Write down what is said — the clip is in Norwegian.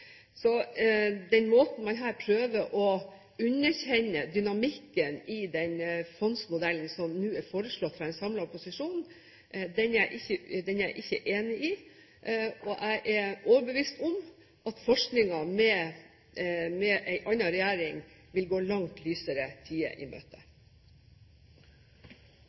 Så den måten man her prøver å underkjenne dynamikken på i den fondsmodellen som nå er foreslått fra en samlet opposisjon, er jeg ikke enig i. Jeg er overbevist om at forskningen med en annen regjering vil gå langt lysere tider i møte.